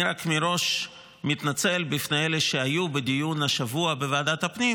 אני רק מתנצל מראש בפני אלה שהיו בדיון השבוע בוועדת הפנים,